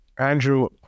Andrew